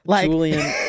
Julian